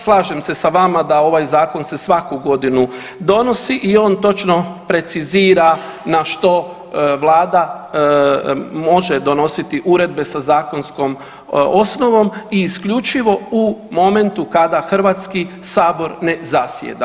Slažem se sa vama da ovaj zakon se svaku godinu donosi i on točno precizira na što Vlada može donositi uredbe sa zakonskom osnovom i isključivo u momentu kada Hrvatski sabor ne zasjeda.